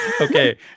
Okay